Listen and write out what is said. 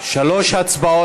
יש שלוש הצבעות.